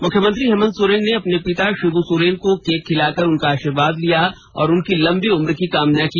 मुख्यमंत्री हेमंत सोरेन ने अपने पिता शिबू सोरेन को केक खिलाकर उनका आशीर्वाद लिया और उनके लंबी उम्र की कामना की